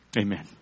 Amen